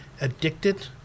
addicted